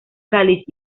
cáliz